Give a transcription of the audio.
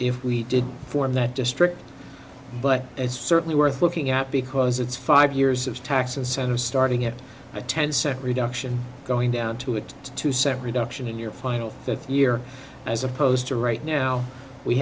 if we did form that district but it's certainly worth looking at because it's five years of tax incentive starting at a ten cent reduction going down to it two cent reduction in your final fifth year as opposed to right now we